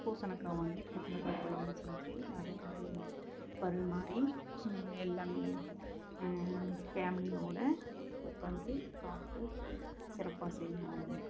பூசணிக்கா வாங்கி பூசணிக்கா குழம்பு செஞ்சு அதை வந்து பரிமாறி எல்லாமே ஃபேம்லியோடு உட்காந்து சாப்பிட்டு சிறப்பாக செய்வோம்